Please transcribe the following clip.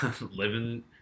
Living